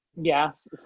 yes